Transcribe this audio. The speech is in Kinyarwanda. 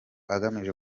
agamije